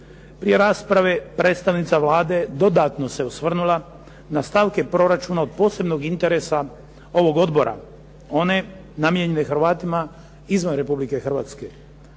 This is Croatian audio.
Prije rasprave predstavnica Vlade dodatno se osvrnula na stavke proračuna od posebnog interesa ovog odbora. One namijenjene Hrvatima izvan Republike Hrvatske.